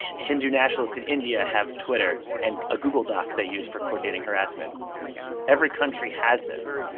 hindu nationalists in india have twitter and a google doc they use for coordinating harassment oh, my god every country has this.